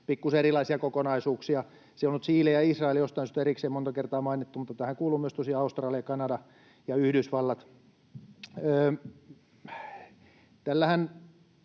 pikkuisen erilaisia kokonaisuuksia. Siellä on nyt Chile ja Israel jostain syystä erikseen monta kertaa mainittu, mutta tähän kuuluvat tosiaan myös Australia, Kanada ja Yhdysvallat. Tällähän